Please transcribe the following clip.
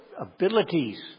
abilities